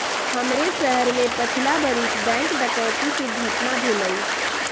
हमरे शहर में पछिला बरिस बैंक डकैती कें घटना भेलइ